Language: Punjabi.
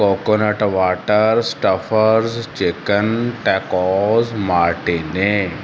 coconut water stuffers chicken tacos martini